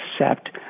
accept